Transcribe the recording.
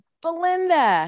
Belinda